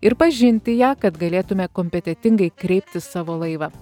ir pažinti ją kad galėtume kompetentingai kreipti savo laivą